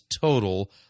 total